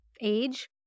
age